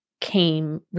came